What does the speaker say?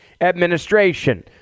administration